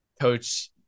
coach